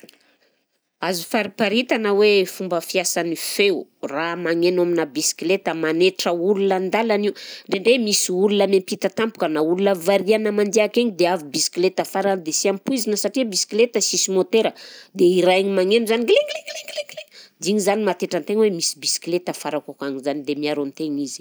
Azo fariparitana hoe fomba fiasan'ny feo raha magneno aminà bisikileta, manaitra olona an-dalana io, de nde misy olona miampita tampoka, na olona variana mandeha akegny dia avy bisikileta fa raha dia sy ampoizina satria bisikileta sisy môtera dia raha igny magneno zany glinglinglinglingling dia igny zany mahataitra an-tegna hoe misy bisikileta afarako akagny zany dia miaro an-tegna izy.